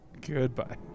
Goodbye